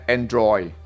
Android